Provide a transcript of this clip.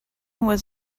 was